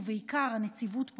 ובעיקר הנציבות,